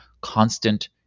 constant